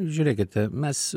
žiūrėkite mes